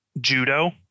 judo